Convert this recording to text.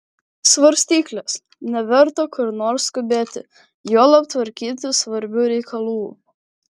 svarstyklės neverta kur nors skubėti juolab tvarkyti svarbių reikalų